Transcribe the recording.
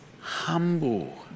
humble